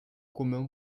commun